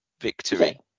Victory